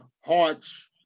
hearts